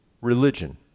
religion